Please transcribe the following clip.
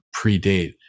predate